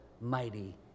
mighty